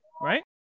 right